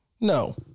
No